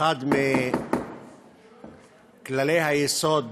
אחד מכללי היסוד